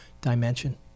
dimension